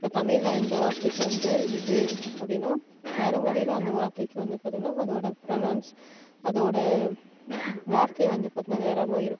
இப்போ தமிழ்ல இந்த வார்த்தைக்கு வந்து இது அப்படினா வேறு மொழியில அந்த வார்த்தைக்கு வந்து பார்த்திங்கனா அதோட ப்ரோனோன்ஸ் அதோட வார்த்தை வந்து பார்த்திங்கனா வேறமாதிரி இருக்கும்